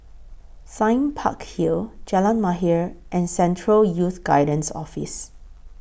Sime Park Hill Jalan Mahir and Central Youth Guidance Office